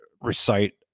recite